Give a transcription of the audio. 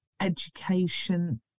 education